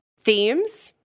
themes